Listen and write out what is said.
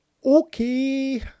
okay